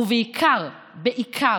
ובעיקר בעיקר,